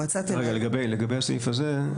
לגבי הסעיף הזה,